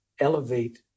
elevate